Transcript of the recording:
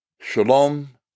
Shalom